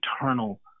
eternal